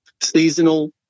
seasonal